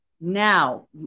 now